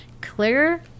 Clear